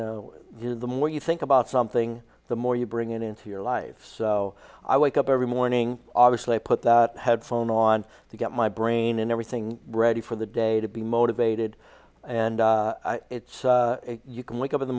know the more you think about something the more you bring it into your life so i wake up every morning obviously put the headphones on to get my brain and everything ready for the day to be motivated and you can wake up in the